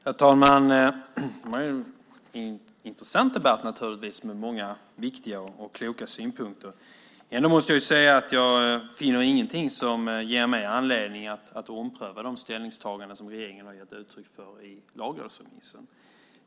Herr talman! Det har varit en intressant debatt med många viktiga och kloka synpunkter. Ändå måste jag säga att jag inte finner någonting som ger mig anledning att ompröva de ställningstaganden som regeringen har gett uttryck för i lagrådsremissen.